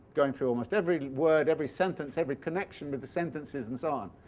going through almost every word, every sentence, every connection with the sentences, and so on.